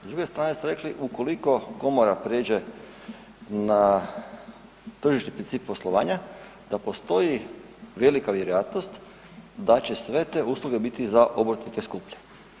S druge strane ste rekli ukoliko komora prijeđe na tržišni princip poslovanja da postoji velika vjerojatnost da će sve te usluge biti za obrtnike skuplje.